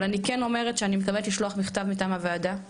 אבל אני כן אומרת שאני מתכוונת לשלוח מכתב מטעם הוועדה,